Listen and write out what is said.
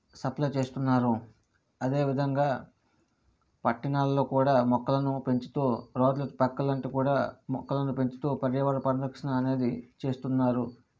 supply చేస్తున్నారు అదేవిధంగా పట్టణాల్లో కూడా మొక్కలను పెంచుతూ రోడ్ల పక్కలంట కూడా మొక్కలను పెంచుతూ పర్యావరణ పరిరక్షణ అనేది చేస్తున్నారు